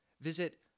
Visit